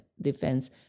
defense